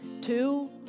Two